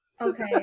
Okay